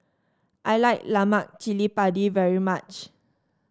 I like Lemak Cili Padi very much